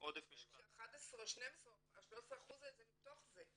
עודף משקל כי 12 או 13 אחוזים האלה זה מתוך זה.